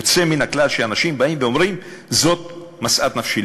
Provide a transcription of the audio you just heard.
יוצא מן הכלל שאנשים באים ואומרים: זאת משאת נפשי,